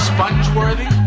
Sponge-worthy